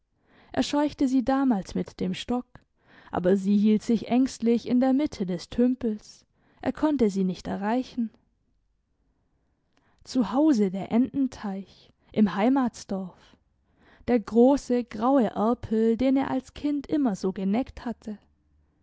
er scheuchte sie damals mit dem stock aber sie hielt sich ängstlich in der mitte des tümpels er konnte sie nicht erreichen zu hause der ententeich im heimatsdorf der grosse graue erpel den er als kind immer so geneckt hatte